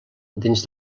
dins